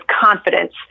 confidence